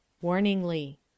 warningly